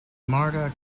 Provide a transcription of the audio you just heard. marta